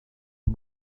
you